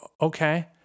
okay